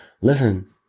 Listen